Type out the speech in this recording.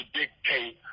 dictate